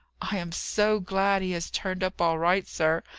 i am so glad he has turned up all right, sir.